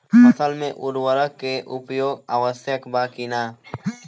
फसल में उर्वरक के उपयोग आवश्यक बा कि न?